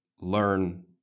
learn